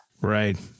Right